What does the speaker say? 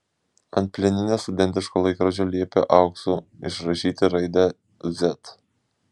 ant plieninio studentiško laikrodžio liepė auksu išrašyti raidę z